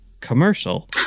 commercial